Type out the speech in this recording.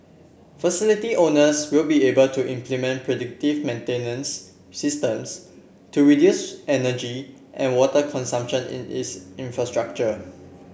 facility owners will be able to implement predictive maintenance systems to reduce energy and water consumption in its infrastructure